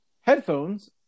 headphones